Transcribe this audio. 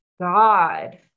God